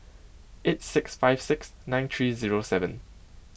eight six five six nine three zero seven